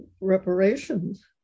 reparations